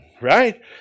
right